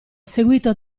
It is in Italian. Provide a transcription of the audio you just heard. seguito